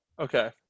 Okay